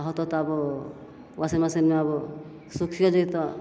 तऽ तब वाशिन्गमे आब सुखिओ जएतऽ